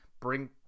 Bring